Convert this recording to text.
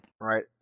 Right